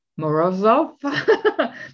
Morozov